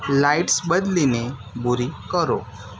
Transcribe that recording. lights બદલીને ભૂરી કરો